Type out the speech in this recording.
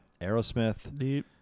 Aerosmith